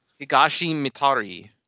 Higashimitari